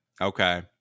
okay